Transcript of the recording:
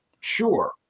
Sure